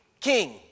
king